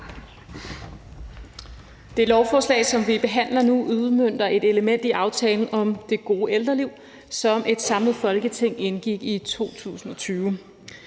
Det lovforslag, som vi behandler nu, udmønter et element i aftalen om det gode ældreliv, som et samlet Folketing indgik i 2020.